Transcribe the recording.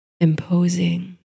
imposing